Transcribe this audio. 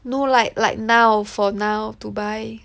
no like like now for now to buy